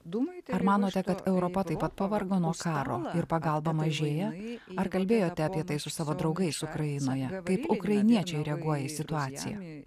dūmai ar manote kad europa taip pat pavargo nuo karo ir pagalba mažėja ar kalbėjote apie tai su savo draugais ukrainoje kaip ukrainiečiai reaguoja į situacijoje